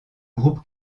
groupe